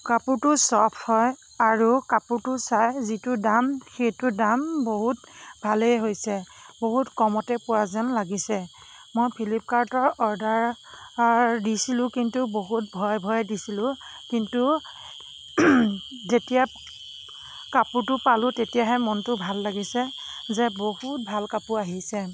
কাপোৰটো চফ হয় আৰু কাপোৰটো চাই যিটো দাম সেইটো দাম বহুত ভালেই হৈছে বহুত কমতে পোৱা যেন লাগিছে মই ফিলিপকাৰ্টৰ অৰ্ডাৰ দিছিলোঁ কিন্তু বহুত ভয়ে ভয়ে দিছিলোঁ কিন্তু যেতিয়া কাপোৰটো পালোঁ তেতিয়াহে মনটো ভাল লাগিছে যে বহুত ভাল কাপোৰ আহিছে